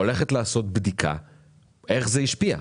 הולכים לעשות בדיקה איך זה השפיע.